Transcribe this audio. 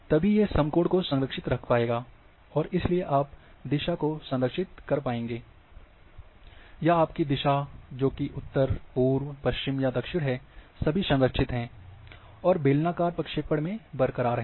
तभी ये समकोण को संरक्षित रख पाएगा और इसलिए आप दिशा को संरक्षित कर पाएँगे या आपकी दिशा जो की उत्तर पूर्व पश्चिम या दक्षिण है सभी संरक्षित है और बेलनाकार प्रक्षेपण में बरकरार है